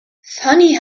funny